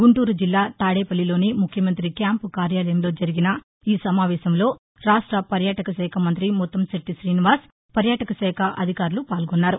గుంటూరుజిల్లా తాదేపల్లిలోని ముఖ్యమంతి క్యాంపు కార్యాలయంలో జరిగిన ఈ సమావేశంలో రాష్టపర్యాటక శాఖ మంత్రి ముత్తంకెట్లి శ్రీనివాస్ పర్యాటకశాఖ అధికారులు పాల్గొన్నారు